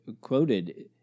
quoted